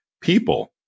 people